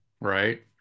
right